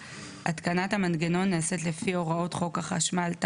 (4)התקנת המנגנון נעשית לפי הוראות חוק החשמל,